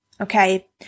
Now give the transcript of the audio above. Okay